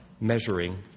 measuring